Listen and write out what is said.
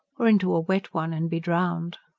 or into a wet one and be drowned.